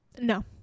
no